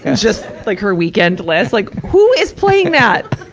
just like her weekend list. like, who is playing that,